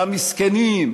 והמסכנים,